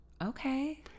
Okay